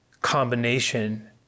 combination